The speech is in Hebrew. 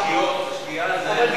שגיאות, שגיאה זה נקבה.